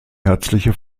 herzliche